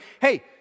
hey